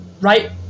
Right